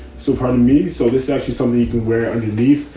so pardon me. so this actually something you could wear underneath.